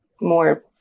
more